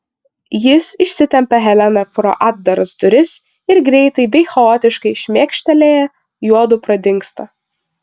jis išsitempia heleną pro atdaras duris ir greitai bei chaotiškai šmėkštelėję juodu pradingsta